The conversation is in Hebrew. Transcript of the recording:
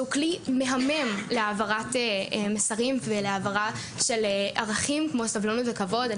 שהוא כלי מהמם להעברת מסרים ולהעברה של ערכים כמו סובלנות וכבוד.